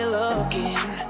looking